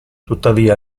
tuttavia